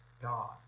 god